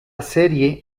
serie